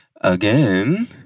again